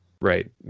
Right